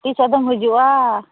ᱛᱤᱥ ᱟᱫᱚᱢ ᱦᱤᱡᱩᱜᱼᱟ